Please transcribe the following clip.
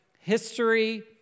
history